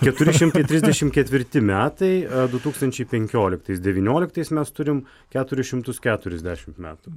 keturi šimtai trisdešim ketvirti metais du tūkstančiai penkioliktais devynioliktais mes turim keturis šimtus keturiasdešimt metų